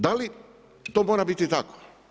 Da li to mora biti tako?